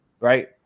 right